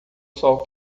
sol